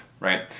right